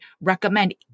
recommend